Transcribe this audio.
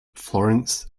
florence